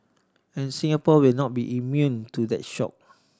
and Singapore will not be immune to that shock